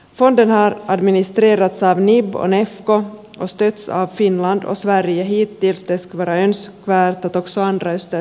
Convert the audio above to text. fonden har administrerats av nib och nefco och stötts av finland och sverige hittills